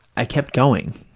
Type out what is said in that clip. i kept going.